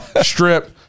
strip